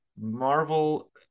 Marvel